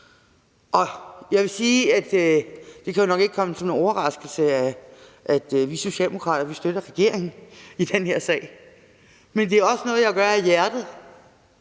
bæredygtig løsning. Det kan jo nok ikke komme som en overraskelse, at vi socialdemokrater støtter regeringen i den her sag, men det er også noget, jeg gør af hjertet,